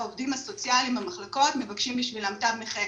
והעובדים הסוציאליים במחלקות מבקשים בשבילם תו נכה.